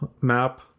map